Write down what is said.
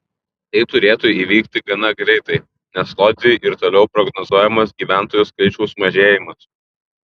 tai turėtų įvykti gana greitai nes lodzei ir toliau prognozuojamas gyventojų skaičiaus mažėjimas